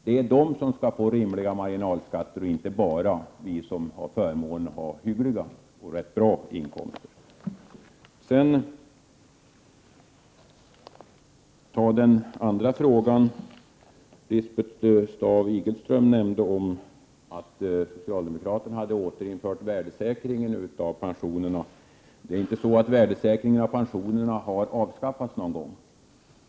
Det är de som skall få rimliga marginalskatter, inte bara vi som har förmånen att ha hyggliga och rätt bra inkomster. värdesäkringen av pensionerna. Men värdesäkringen av pensionerna har inte någon gång avskaffats.